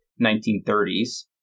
1930s